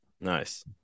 Nice